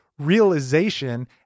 realization